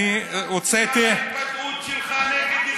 תאר לעצמך את ההתבטאות שלך נגד אזרחי המדינה.